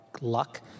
luck